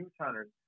hunters